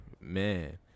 Man